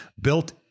built